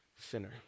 sinner